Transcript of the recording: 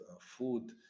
Food